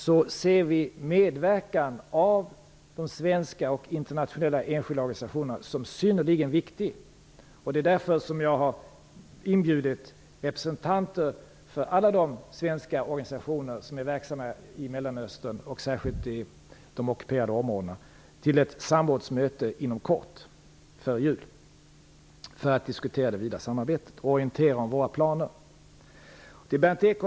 Vi ser i detta läge medverkan av de svenska och internationella enskilda organisationerna som synnerligen viktig, och det är därför jag har inbjudit representanter för alla de svenska organisationer som är verksamma i Mellanöstern, och särskilt i de ockuperade områdena, till ett samrådsmöte som skall äga rum inom kort, före jul. Vi skall då diskutera det vidare samarbetet, och vi skall orientera om våra planer.